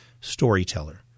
storyteller